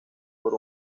por